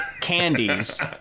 candies